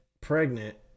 pregnant